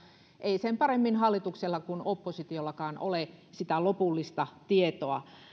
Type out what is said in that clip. ei sen paremmin hallituksella kuin oppositiollakaan ole sitä lopullista tietoa